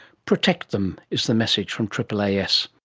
protect them, is the message from aaas